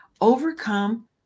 overcome